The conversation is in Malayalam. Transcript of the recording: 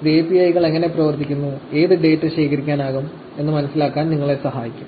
ഇത് API കൾ എങ്ങനെ പ്രവർത്തിക്കുന്നു ഏത് ഡാറ്റ ശേഖരിക്കാനാകും എന്ന് മനസ്സിലാക്കാൻ നിങ്ങളെ സഹായിക്കും